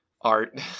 art